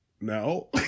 no